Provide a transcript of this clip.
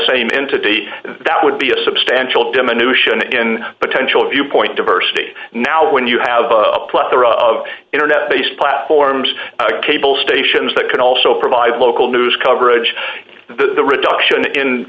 same entity that would be a substantial diminution in potential viewpoint diversity now when you have a plethora of internet based platforms cable stations that can also provide local news coverage the reduction in